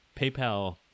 PayPal